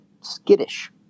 skittish